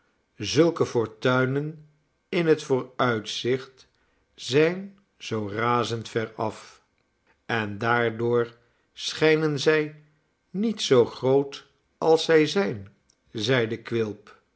zulke fortuinen in het vooruitzicht zijn zoo razend veraf en daardoor schijnen zij niet zoo groot als zij zijn zeide quilp